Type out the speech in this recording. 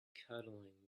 cuddling